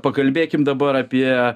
pakalbėkim dabar apie